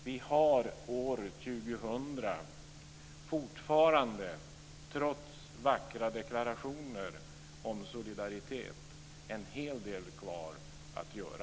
Vi har år 2000 fortfarande, trots vackra deklarationer om solidaritet, en hel del kvar att göra.